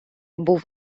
був